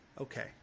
Okay